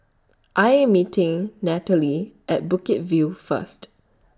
I Am meeting Nathalie At Bukit View First